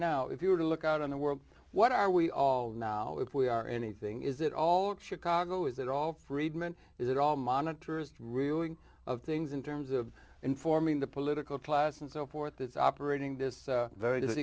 now if you were to look out in the world what are we all now if we are anything is it all chicago is it all friedman is it all monitors ruing of things in terms of informing the political class and so forth that's operating this very